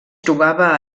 trobava